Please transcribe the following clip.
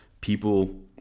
people